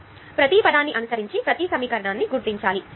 కాబట్టి ప్రతి పదాన్ని అనుసరించి ప్రతి సమీకరణాన్ని గుర్తించాలి